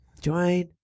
join